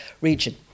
region